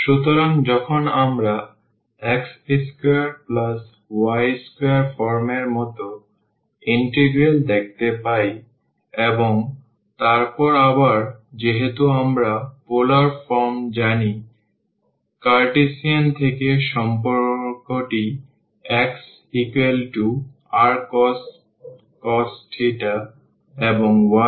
সুতরাং যখন আমরা x2y2 ফর্মের মতো ইন্টিগ্রাল দেখতে পাই এবং তারপর আবার যেহেতু আমরা পোলার ফর্ম জানি কার্তেশিয়ান থেকে সম্পর্কটি xrcos এবং yrsin